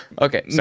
okay